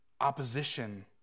opposition